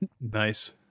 Nice